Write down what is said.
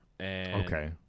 Okay